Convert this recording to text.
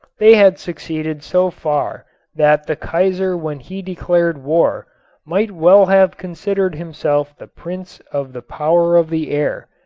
they had succeeded so far that the kaiser when he declared war might well have considered himself the prince of the power of the air.